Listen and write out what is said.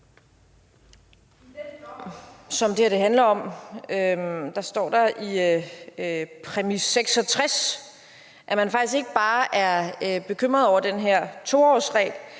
som det her handler om, står der i præmis 66, at man faktisk ikke bare er bekymret over den her 2-årsregel,